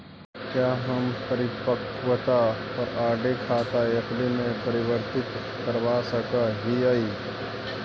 क्या हम परिपक्वता पर आर.डी खाता एफ.डी में परिवर्तित करवा सकअ हियई